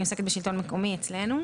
ואני עוסקת בשלטון מקומי במשרד המשפטים.